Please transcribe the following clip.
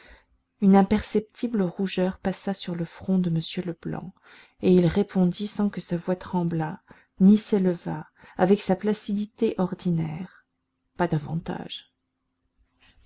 une imperceptible rougeur passa sur le front de m leblanc et il répondit sans que sa voix tremblât ni s'élevât avec sa placidité ordinaire pas davantage